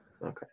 Okay